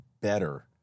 better